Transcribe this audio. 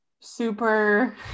super